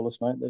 mate